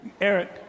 eric